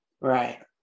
right